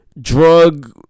drug